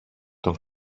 τον